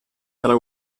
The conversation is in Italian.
della